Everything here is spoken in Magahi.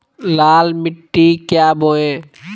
लाल मिट्टी क्या बोए?